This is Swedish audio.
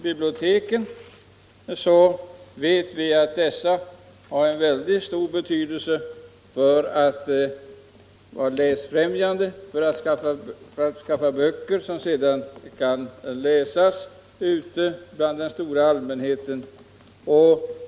Biblioteken vet vi har en väldigt stor betydelse för läsfrämjandet. De skaffar böcker som sedan kan läsas av den stora allmänheten.